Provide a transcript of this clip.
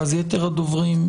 ואז יתר הדוברים.